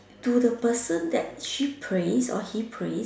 to the person that she praise or he praise